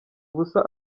ubusa